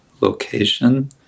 location